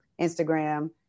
instagram